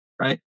right